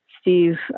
Steve